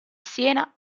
siena